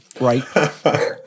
Right